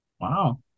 Wow